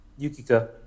Yukika